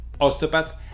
osteopath